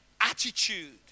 attitude